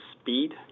speed